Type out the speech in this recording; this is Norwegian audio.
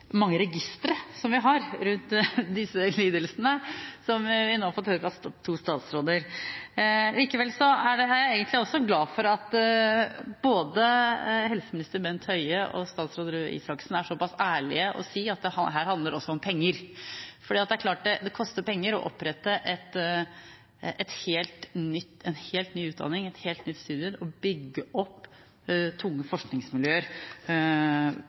mange har fått høre litt om hvor mange registre vi har rundt disse lidelsene, som vi nå har fått høre fra to statsråder. Jeg er også glad for at både helseminister Bent Høie og statsråd Røe Isaksen er såpass ærlige å si at her handler det også om penger, for det er klart at det koster penger å opprette en helt ny utdanning, et helt nytt studium og bygge opp tunge forskningsmiljøer